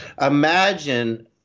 imagine